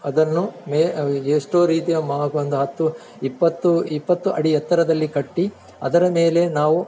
ಅದನ್ನು ಮೇ ಎಷ್ಟೋ ರೀತಿಯ ಮ ಒಂದು ಹತ್ತು ಇಪ್ಪತ್ತು ಇಪ್ಪತ್ತು ಅಡಿ ಎತ್ತರದಲ್ಲಿ ಕಟ್ಟಿ ಅದರ ಮೇಲೆ ನಾವು